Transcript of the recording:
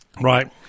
Right